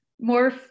more